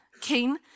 King